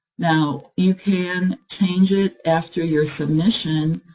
now, you can change it after your submission,